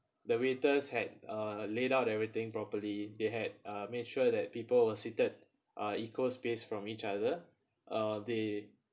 the waiters had uh laid out everything properly they had uh made sure that people were seated uh equal space from each other uh they